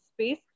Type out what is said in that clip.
space